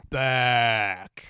back